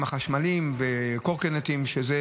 החשמליים והקורקינטים וגם מתממש.